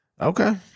Okay